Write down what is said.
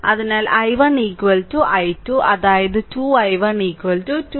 അതിനാൽ i1 i2 അതായത് 2 i1 2 i2